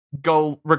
go